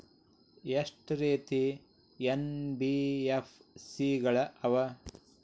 ಎಷ್ಟ ರೇತಿ ಎನ್.ಬಿ.ಎಫ್.ಸಿ ಗಳ ಅವ?